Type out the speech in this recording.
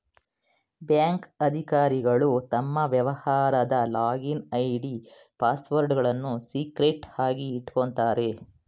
bank ಅಧಿಕಾರಿಗಳು ತಮ್ಮ ವ್ಯವಹಾರದ ಲಾಗಿನ್ ಐ.ಡಿ, ಪಾಸ್ವರ್ಡ್ಗಳನ್ನು ಸೀಕ್ರೆಟ್ ಆಗಿ ಇಟ್ಕೋತಾರೆ